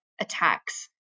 attacks